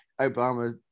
Obama